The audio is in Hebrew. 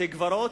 בתי-קברות,